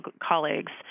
colleagues